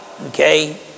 okay